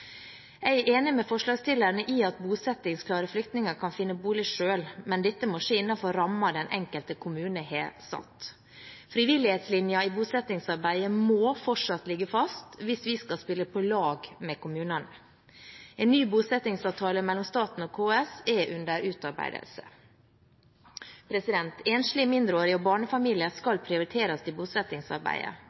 Jeg er enig med forslagsstillerne i at bosettingsklare flyktninger kan finne bolig selv, men dette må skje innenfor rammer den enkelte kommune har satt. Frivillighetslinjen i bosettingsarbeidet må fortsatt ligge fast hvis vi skal spille på lag med kommunene. En ny bosettingsavtale mellom staten og KS er under utarbeidelse. Enslige mindreårige og barnefamilier skal prioriteres i bosettingsarbeidet.